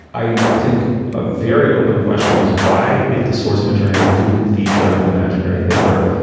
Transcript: i think a very open question is why? if the source material didn't feature an imaginary hitler,